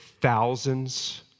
thousands